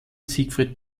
siegfried